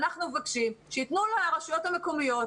אנחנו מבקשים שייתנו לרשויות המקומיות,